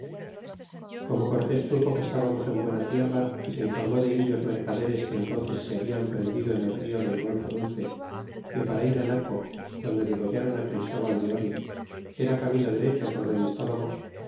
como cortés supo que estábamos en buena tierra y se informó de indios mercaderes que entónces se habian prendido en el rio del golfo dulce que para ir naco donde degollron christóbal de oli era camino derecho por donde